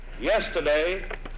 Yesterday